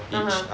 (uh huh)